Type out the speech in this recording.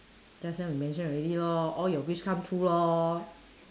just now you mention already lor all your wish come true lor